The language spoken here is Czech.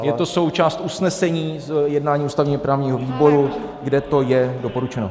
Je to součást usnesení z jednání ústavněprávního výboru, kde to je doporučeno.